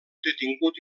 detingut